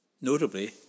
notably